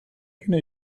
kenne